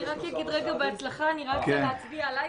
אני מאחל לך הצלחה מכל הלב,